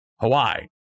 Hawaii